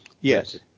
Yes